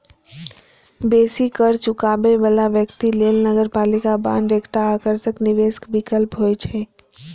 बेसी कर चुकाबै बला व्यक्ति लेल नगरपालिका बांड एकटा आकर्षक निवेश विकल्प होइ छै